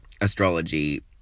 Astrology